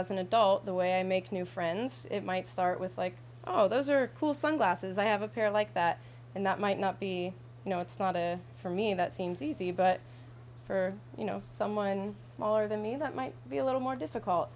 as an adult the way i make new friends it might start with like oh those are cool sunglasses i have a pair like that and that might not be you know it's not a for me that seems easy but for you know someone smaller than me that might be a little more difficult